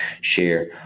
share